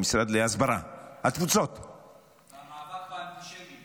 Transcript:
משרד ההסברה, התפוצות --- המאבק באנטישמיות.